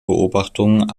beobachtungen